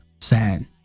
sad